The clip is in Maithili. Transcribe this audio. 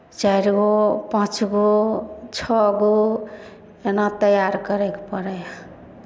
चारि गो पाँच गो छओ गो एना तैयार करयके पड़ै हए